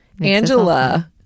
Angela